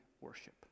worship